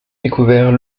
découvert